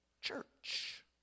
Church